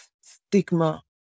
stigma